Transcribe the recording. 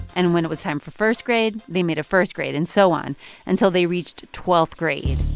and when it was time for first grade, they made a first grade. and so on until they reached twelfth grade.